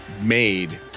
made